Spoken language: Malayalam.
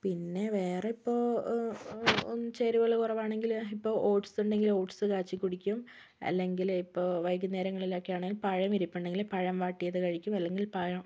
പിന്നെ വേറെ ഇപ്പോൾ ഒന്നും ചേരുവകൾ കുറവാണെങ്കിൽ ഇപ്പം ഓട്സ് ഉണ്ടെങ്കിൽ ഓട്സ് കാച്ചി കുടിക്കും അല്ലെങ്കിൽ ഇപ്പം വൈകുന്നേരങ്ങളിൽ ഒക്കെ ആണെങ്കിൽ പഴം ഇരിപ്പുണ്ടെങ്കിൽ പഴം വാട്ടിയത് കഴിക്കും അല്ലെങ്കിൽ പഴം